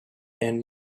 and